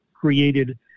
created